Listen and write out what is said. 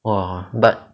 !wah! but